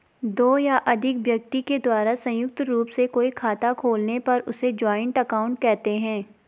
दो या अधिक व्यक्ति के द्वारा संयुक्त रूप से कोई खाता खोलने पर उसे जॉइंट अकाउंट कहते हैं